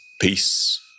Peace